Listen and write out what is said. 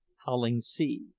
howling sea.